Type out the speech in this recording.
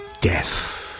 death